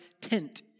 tent